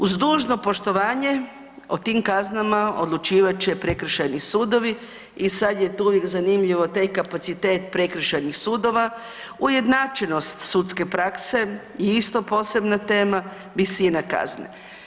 Uz dužno poštovanje, o tim kaznama odlučivat će prekršajni sudovi i sad je tu uvijek zanimljivo taj kapacitet prekršajnih sudova, ujednačenost sudske prakse je isto posebna tema, visina kazne.